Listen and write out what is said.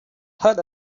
heard